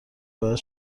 باید